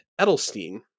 Edelstein